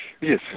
Yes